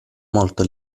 molto